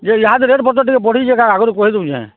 ଯେ ଇହାଦେ ରେଟ୍ପତର୍ ଟିକେ ବଢ଼ିଛେ ଏକା ଆଗ୍ରୁ କହିଦେଉଛେଁ